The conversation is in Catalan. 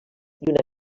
una